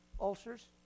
ulcers